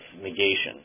negation